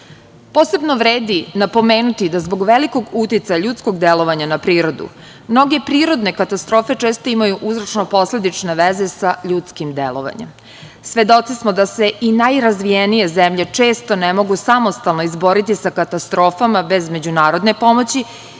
UN.Posebno vredi napomenuti da zbog velikog uticaja ljudskog delovanja na prirodu, mnoge prirodne katastrofe često imaju uzročno-posledične veze sa ljudskim delovanjem. Svedoci smo da se i najrazvijenije zemlje često ne mogu samostalno izboriti sa katastrofama bez međunarodne pomoći